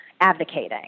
advocating